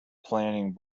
planning